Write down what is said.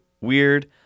weird